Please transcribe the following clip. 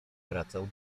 wracał